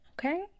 okay